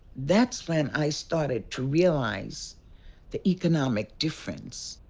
that's when i started to realize the economic difference.